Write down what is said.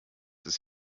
ist